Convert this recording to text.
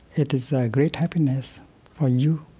it is ah a great happiness for you